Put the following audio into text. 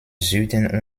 süden